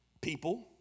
People